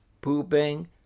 pooping